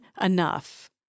enough